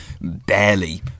barely